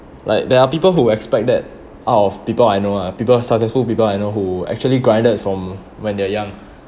like there are people who expect that out of people I know ah people successful people I know who actually grinded from when they're young